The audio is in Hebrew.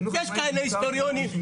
יש כאלה היסטוריונים,